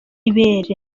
ibere